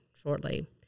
shortly